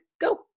go